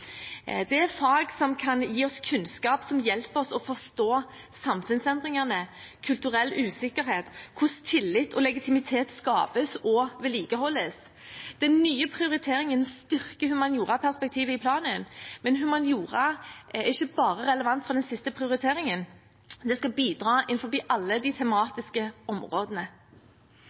Det er fag som kan gi oss kunnskap som hjelper oss å forstå samfunnsendringene, kulturell usikkerhet og hvordan tillit og legitimitet skapes og vedlikeholdes. Den nye prioriteringen styrker humanioraperspektivet i planen, men humaniora er ikke bare relevant for den siste prioriteringen, det skal bidra innenfor alle de tematiske områdene.